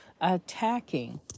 attacking